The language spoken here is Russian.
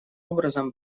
образом